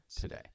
today